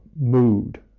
mood